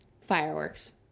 fireworks